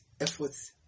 efforts